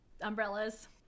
umbrellas